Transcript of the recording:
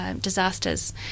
disasters